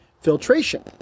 Filtration